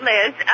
Liz